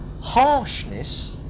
Harshness